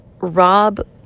Rob